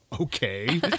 Okay